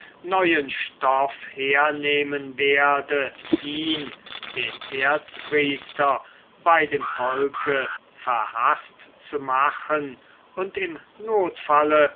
neuen stoff hernehmen werde ihn den erzpriester bei dem volke verhaßt zu machen und im notfall